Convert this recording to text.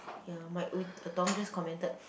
ya my just commented